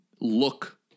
look